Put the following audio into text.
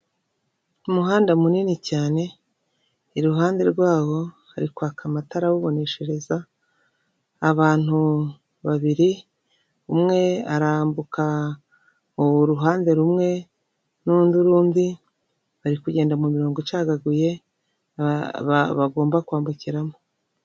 Umuhanda munini cyane iruhande rwawo hari kwaka amatara awuboneshereza abantu babiri umwe arambuka uruhande rumwe n'undi rundi bari kugenda mumirongo ucagaguye bagomba kwambukiramo.